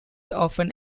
often